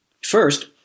First